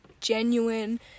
genuine